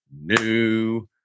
new